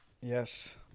yes